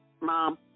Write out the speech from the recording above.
Mom